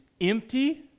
empty